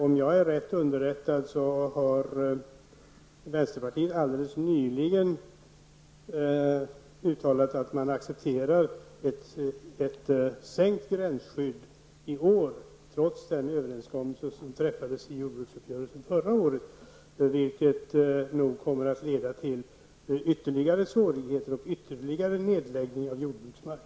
Om jag är rätt underrättad, har vänsterpartiet alldeles nyligen uttalat att det accepterar ett sänkt gränsskydd i år trots den överenskommelse som träffades i jordbruksuppgörelsen förra året. Detta kommer nog att leda till ytterligare svårigheter och ytterligare nedläggningar av jordbruksmark.